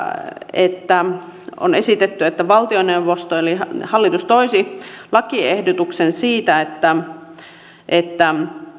että on esitetty että valtioneuvosto eli hallitus toisi lakiehdotuksen siitä että